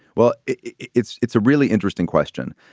well, it's it's a really interesting question